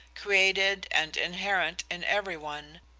created and inherent in every one,